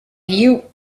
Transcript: you